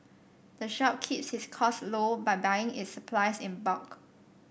the shop keeps its costs low by buying its supplies in bulk